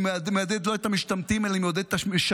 אני מעודד לא את המשתמטים אלא אני מעודד את המשרתים,